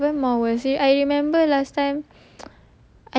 she she's she's even more was it I remember last time